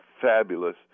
fabulous